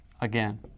again